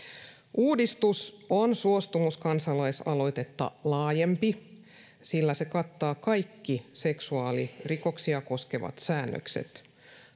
uudistus on suostumus kansalaisaloitetta laajempi sillä se kattaa kaikki seksuaalirikoksia koskevat säännökset